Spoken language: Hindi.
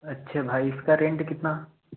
अच्छा भाई इसका रेंट कितना